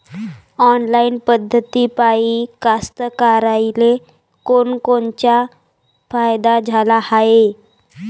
Online पद्धतीपायी कास्तकाराइले कोनकोनचा फायदा झाला हाये?